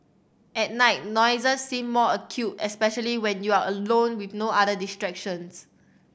at night noises seem more acute especially when you are alone with no other distractions